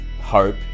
Hope